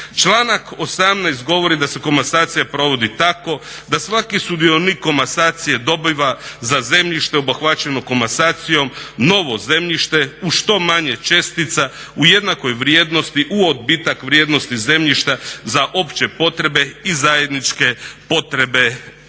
Članak 18. govori da se komasacija provodi tako da svaki sudionik komasacije dobiva za zemljište obuhvaćeno komasacijom novo zemljište u što manje čestica, u jednakoj vrijednosti u odbitak vrijednosti zemljišta za opće potrebe i zajedničke potrebe